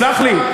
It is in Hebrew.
תסלח לי.